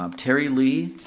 um terry lee,